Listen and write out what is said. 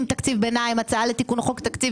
עם תקציב ביניים והצעה לתיקון חוק תקציב